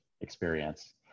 experience